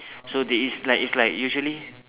so they is like is like usually